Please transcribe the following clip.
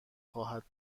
خواهد